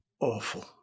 awful